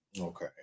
Okay